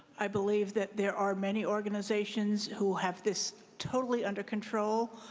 i believe that there are many organizations who have this totally under control.